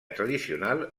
tradicional